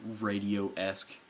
radio-esque